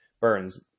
burns